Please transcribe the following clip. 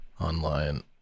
online